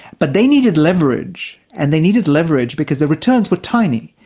but they needed leverage, and they needed leverage because the returns were tiny.